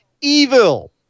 evil